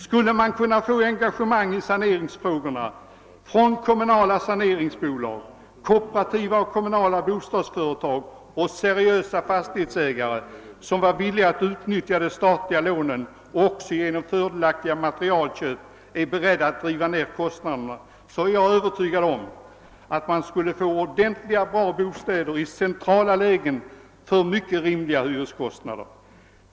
Skulle man kunna få engagemang i saneringsfrågorna från kommunala saneringsbolag, kooperativa och kommunala bostadsföretag och seriösa fastighetsägare, som vore villiga att utnyttja de statliga lånen och som även genom fördelaktiga materialköp är beredda att driva ned kostnaderna, är jag övertygad om att man skulle få ordentliga och bra bostäder i centrala lägen för mycket rimliga hyreskostnader.